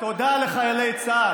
תודה לחיילי צה"ל.